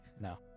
No